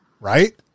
right